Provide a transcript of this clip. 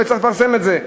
לא יצטרך לפרסם את זה.